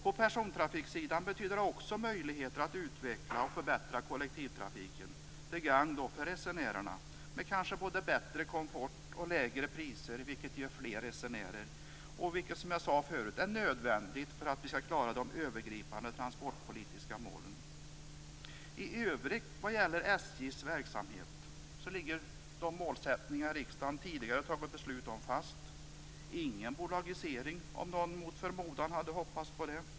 På persontrafiksidan betyder det också möjligheter att utveckla och förbättra kollektivtrafiken till gagn för resenärerna med kanske både bättre komfort och lägre priser, vilket ger fler resenärer, som följd. Det är, som jag sade förut, nödvändigt för att vi skall klara de övergripande transportpolitiska målen. I övrigt ligger de målsättningar som riksdagen tidigare fattat beslut om fast vad gäller SJ:s verksamhet. Det blir ingen bolagisering om någon mot förmodan hade hoppats på det.